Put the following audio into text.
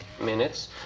minutes